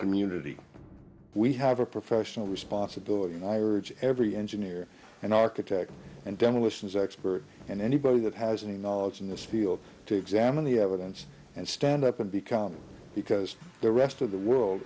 community we have a professional responsibility and i reach every engineer and architect and demolitions expert and anybody that has any knowledge in this field to examine the evidence and stand up and become because the rest of the world